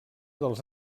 dels